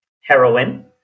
heroin